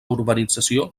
urbanització